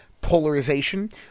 polarization